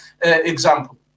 example